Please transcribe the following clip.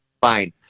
fine